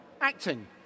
acting